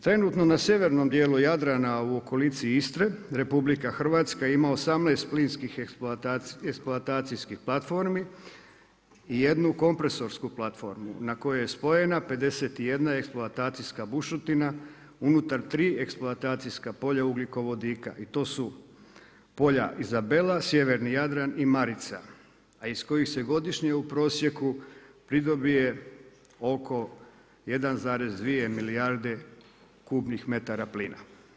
Trenutno na sjevernom dijelu Jadrana u okolici Istre Republika Hrvatska ima 18 plinskih eksploatacijskih platformi i jednu kompresorsku platformu na koju je spojena 51 eksploatacijska bušotina unutar tri eksploatacijska polja ugljikovodika i to su polja Izabela, sjeverni Jadran i Marica, a iz kojih se godišnje u prosjeku pridobije oko 1,2 milijarde kubnih metara plina.